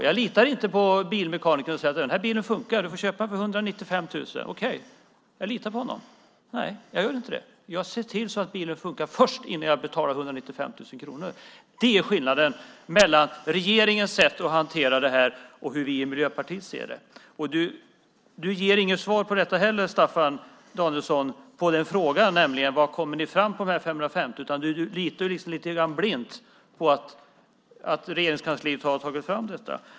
Jag litar inte på en bilmekaniker som säger: Den här bilen funkar; du får köpa den för 195 000. Då litar jag inte på honom. Jag ser till att bilen funkar först, innan jag betalar 195 000 kronor. Det är skillnaden mellan regeringens sätt att hantera det här och hur vi i Miljöpartiet ser det. Du ger inte heller något svar på detta, Staffan Danielsson. Frågan är: Hur kommer ni fram till de 550 timmarna? Du litar lite grann blint på Regeringskansliet när man har tagit fram detta.